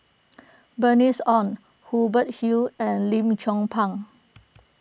Bernice Ong Hubert Hill and Lim Chong Pang